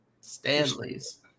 Stanleys